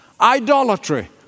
Idolatry